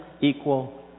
equal